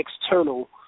external